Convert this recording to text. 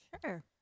Sure